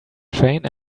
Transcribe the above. train